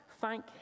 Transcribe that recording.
Thank